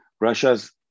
Russia's